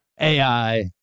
AI